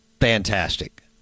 fantastic